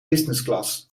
businessclass